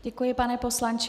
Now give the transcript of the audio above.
Děkuji, pane poslanče.